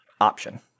option